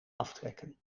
aftrekken